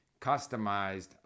customized